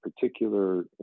particular